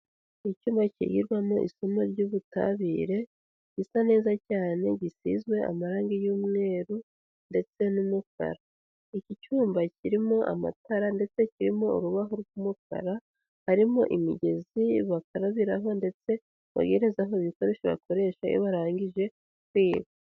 Icyumba kigirwamo isomo ry'ubutabire, gisa neza cyane gisizwe amarangi y'umweru ndetse n'umukara. Iki cyumba kirimo amatara ndetse kirimo urubaho rw'umukara, harimo imigezi bakarabiraho ndetse bogerezaho ibikoresho bakoresha iyo barangije kwiga.